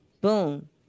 Boom